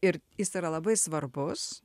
ir jis yra labai svarbus